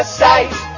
sight